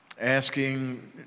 asking